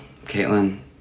Caitlin